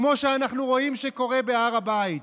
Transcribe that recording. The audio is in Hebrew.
כמו שאנחנו רואים שקורה בהר הבית.